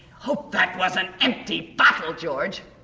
hope that was an empty bottle george.